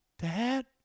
dad